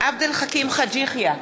עבד אל חכים חאג' יחיא,